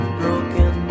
broken